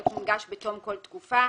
יצטרכו להיות מונגשים בתום כל תקופה,